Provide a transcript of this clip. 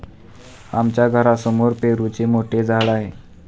आमच्या घरासमोर पेरूचे मोठे झाड आहे